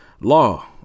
Law